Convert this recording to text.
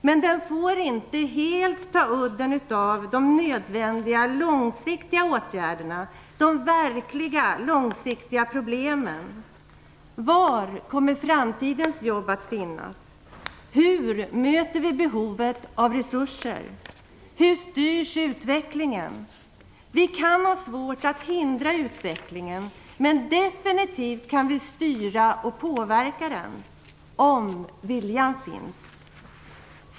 Men den får inte helt ta udden av de nödvändiga långsiktiga åtgärderna, de verkliga, långsiktiga problemen. Var kommer framtidens jobb att finnas? Hur möter vi behovet av resurser? Hur styrs utvecklingen? Vi kan ha svårt att hindra utvecklingen, men definitivt kan vi styra och påverka den - om viljan finns.